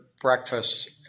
breakfast